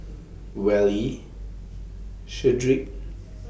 Wally Shedrick